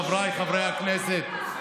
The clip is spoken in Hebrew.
חבריי חברי הכנסת,